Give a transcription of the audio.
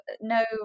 no